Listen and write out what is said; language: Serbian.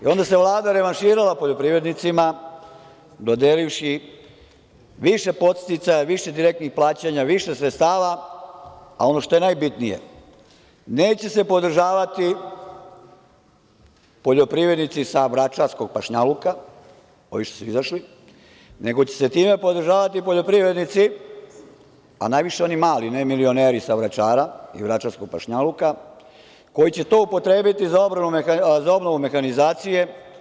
Onda se Vlada revanširala poljoprivrednicima dodelivši više podsticaja, više direktnih plaćanja, više sredstava, a ono što je najbitnije, neće se podržavati poljoprivrednici sa Vračarskog pašnjaluka, ovi što su izašli, nego će se time podržavati poljoprivrednici, a najviše oni mali, ne milioneri sa Vračara i Vračarskog pašnjaluka, koji će to upotrebiti za obnovu mehanizacije.